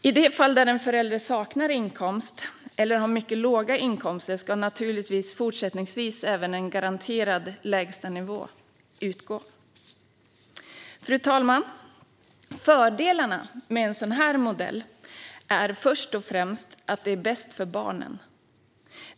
I de fall där en förälder saknar inkomst eller har mycket låga inkomster ska naturligtvis en garanterad lägstanivå utgå även fortsättningsvis. Fru talman! Fördelarna med en sådan här modell är först och främst att det är bäst för barnen.